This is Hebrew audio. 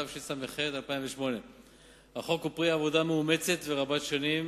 התשס"ח 2008. החוק הוא פרי עבודה מאומצת ורבת שנים,